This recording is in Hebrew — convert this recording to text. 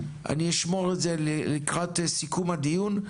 אני אשמור את זה לקראת סיכום הדיון.